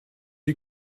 die